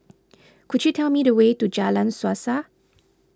could you tell me the way to Jalan Suasa